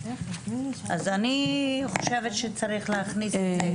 אז אני חושבת שצריך להכניס את זה.